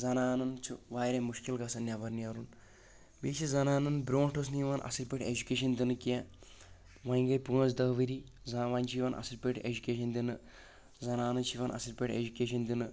زنانن چھُ واریاہ مُشکِل گژھان نٮ۪بر نیرُن بییٚہِ چھِ زنانن برونٛٹھ اوس نہٕ یِوان اَصٕل پأٹھۍ ایٚجُکیشن دِنہٕ کیٚنٛہہ وۄنۍ گٔے پانٛژھ دہ ؤری زنانن وۄنۍ چھِ یِوان اصٕل پأٹھۍ ایٚجُکیشن دِنہٕ زَنانن چھِ یِوان اَصل پأٹھۍ ایٚجُکیشن دِنہٕ